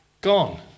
gone